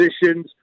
positions